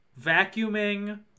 Vacuuming